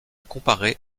comparée